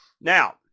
Now